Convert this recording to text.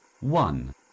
One